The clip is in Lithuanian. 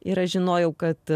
ir aš žinojau kad